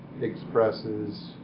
expresses